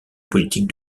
politique